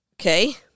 okay